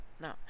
no